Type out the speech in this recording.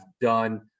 done